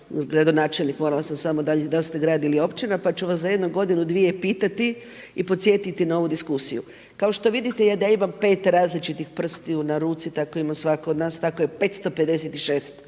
gradonačelnik morala sam samo da li ste grad ili općina. Pa ću vas za jedno godinu, dvije pitati i podsjetiti na ovu diskusiju. Kao što vidite ja da imam pet različitih prstiju na ruci, tako ima svatko od nas, tako je 556